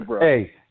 Hey